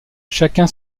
chacun